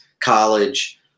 College